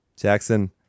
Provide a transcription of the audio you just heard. Jackson